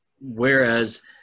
whereas